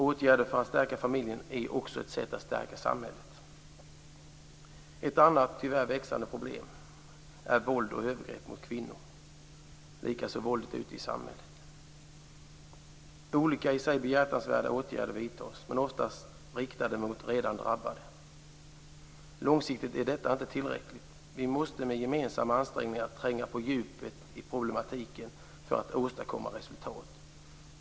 Åtgärder för att stärka familjen är också ett sätt att stärka samhället. Ett annat tyvärr växande problem är våld och övergrepp mot kvinnor, likaså våldet ute i samhället. Olika i sig behjärtansvärda åtgärder vidtas men är oftast riktade mot redan drabbade. Långsiktigt är dessa inte tillräckliga. Vi måste med gemensamma ansträngningar tränga ned på djupet i problematiken för att åstadkomma resultat.